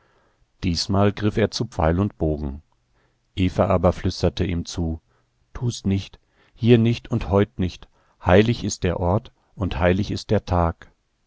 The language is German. diesmal griff er zu pfeil und bogen eva aber flüsterte ihm zu tu's nicht hier nicht und heut nicht heilig ist der ort und heilig ist der tag